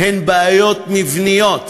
הן בעיות מבניות,